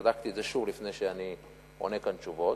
ובדקתי את זה שוב לפני שאני עונה כאן תשובות,